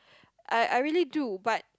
I I really do but